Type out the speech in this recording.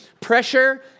Pressure